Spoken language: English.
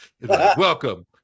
Welcome